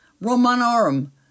Romanorum